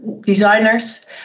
designers